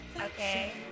okay